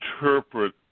interpret